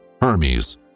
Hermes